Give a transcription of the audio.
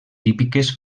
típiques